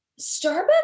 Starbucks